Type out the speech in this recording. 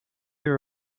you